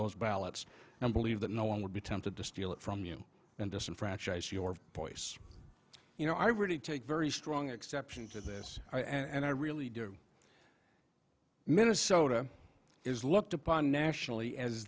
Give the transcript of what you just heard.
those ballots and believe that no one would be tempted to steal it from you and disenfranchise your voice you know i really take very strong exception to this and i really do minnesota is looked upon nationally as